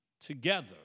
together